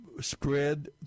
spread